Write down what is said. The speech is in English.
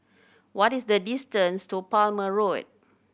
what is the distance to Palmer Road